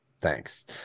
Thanks